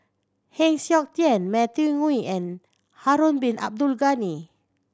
Heng Siok Tian Matthew Ngui and Harun Bin Abdul Ghani